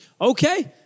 Okay